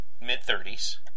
mid-30s